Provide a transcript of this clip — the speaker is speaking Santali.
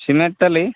ᱥᱤᱢᱮᱱᱴ ᱴᱟᱹᱞᱤ